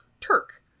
Turk